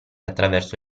attraverso